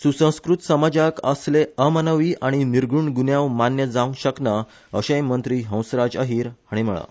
सुसंस्कृत समाजाक असले अमानवी आनी निघृण गून्यांव मान्य जावंक शकना अशेंय मंत्री हंसराज अहिर हाणी म्हणलां